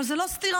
אבל זו לא סטירה,